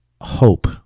hope